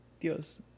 Dios